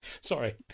sorry